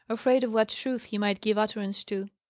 afraid of what truth he might give utterance to.